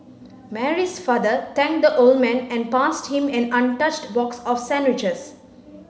Mary's father thanked the old man and passed him an untouched box of sandwiches